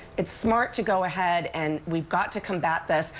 it's smart to go ahead and we've got to combat this.